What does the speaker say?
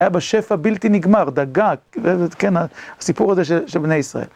היה בשפע בלתי נגמר, דגה, כן, הסיפור הזה של בני ישראל.